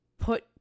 put